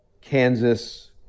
Kansas